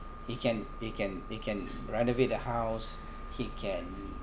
he can he can he can renovate the house he can